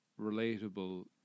relatable